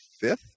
fifth